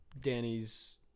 Danny's